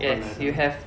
yes you have